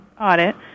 audit